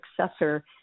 successor